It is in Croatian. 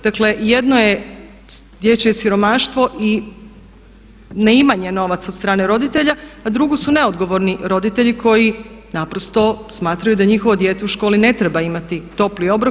Dakle, jedno je dječje siromaštvo i ne imanje novaca od strane roditelja, a drugo su neodgovorni roditelji koji naprosto smatraju da njihovo dijete u školi ne treba imati topli obrok.